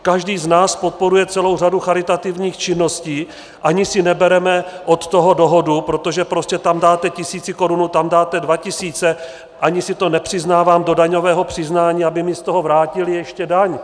Každý z nás podporuje celou řadu charitativních činností, ani si nebereme od toho dohodu, protože prostě tam dáte tisícikorunu, tam dáte dva tisíce, ani si to nepřiznávám do daňového přiznání, aby mi z toho vrátili ještě daň.